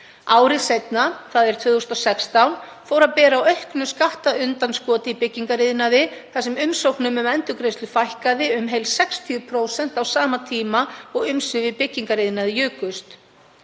Ári seinna, þ.e. 2016, fór að bera á auknu skattundanskoti í byggingariðnaði þar sem umsóknum um endurgreiðslu fækkaði um heil 60% á sama tíma og umsvif í byggingariðnaði jukust.